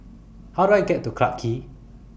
How Do I get to Clarke Quay